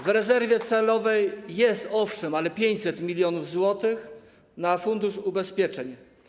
W rezerwie celowej jest, owszem, ale 500 mln zł na fundusz ubezpieczeń.